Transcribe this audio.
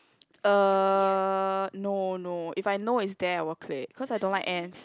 uh no no if I know is there I will clear because I don't like ants